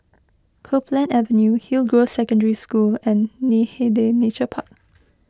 Copeland Avenue Hillgrove Secondary School and Hindhede Nature Park